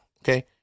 okay